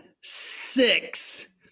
six